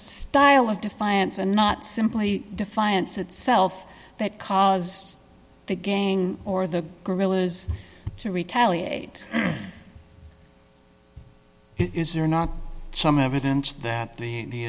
style of defiance and not simply defiance itself that caused the gang or the guerrillas to retaliate is there not some evidence that the